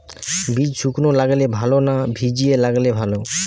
বীজ শুকনো লাগালে ভালো না ভিজিয়ে লাগালে ভালো?